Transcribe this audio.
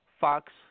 Fox